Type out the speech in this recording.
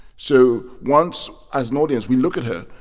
so once, as an audience, we look at her,